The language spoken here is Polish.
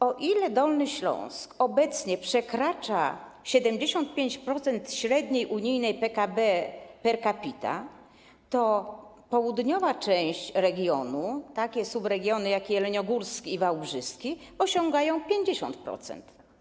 O ile Dolny Śląsk obecnie przekracza 75% średniej unijnej PKB per capita, to południowa część regionu, takie subregiony jak jeleniogórski i wałbrzyski, osiąga 50%.